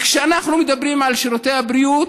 כשאנחנו מדברים על שירותי הבריאות,